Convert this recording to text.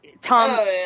Tom